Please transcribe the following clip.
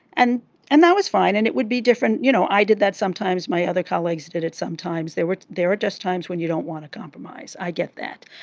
and and that was fine and it would be different. you know i did that sometimes my other colleagues did it sometimes there were there were just times when you don't want to compromise. i get that.